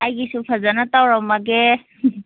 ꯑꯩꯒꯤꯁꯨ ꯐꯖꯟꯅ ꯇꯧꯔꯝꯃꯒꯦ